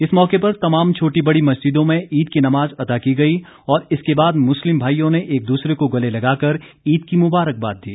इस मौके पर तमाम छोटी बड़ी मस्जिदों में ईद की नमाज अता की गई और इसके बाद मुस्लिम भाईयों ने एक दूसरे को गले लगाकर ईद की मुबारकबाद दी